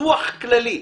דוח כללי.